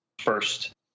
first